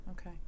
Okay